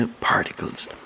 particles